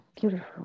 beautiful